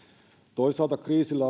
toisaalta kriisillä